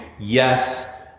Yes